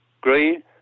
green